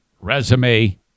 resume